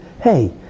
hey